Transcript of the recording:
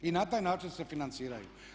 I na taj način se financiraju.